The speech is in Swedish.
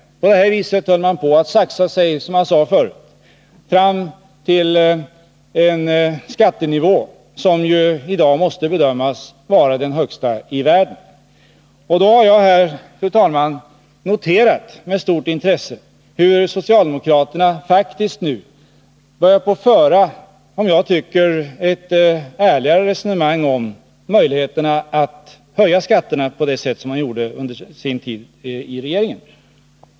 På det sättet saxade man sig fram till en skattenivå som i dag måste sägas vara den högsta i världen. Fru talman! Jag har med stort intresse noterat att socialdemokraterna nu faktiskt börjat föra ett ärligare resonemang om möjligheterna att höja skatterna på det sätt som de gjorde under sin tid i regeringen.